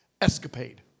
escapade